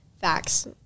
Facts